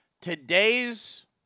Today's